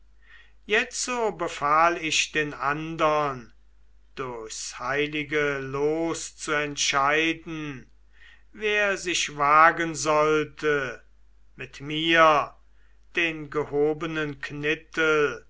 jetzo befahl ich den andern durchs heilige los zu entscheiden wer sich wagen sollte mit mir den gehobenen knittel